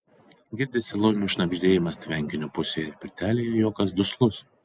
girdisi laumių šnabždėjimas tvenkinio pusėje ir pirtelėje juokas duslus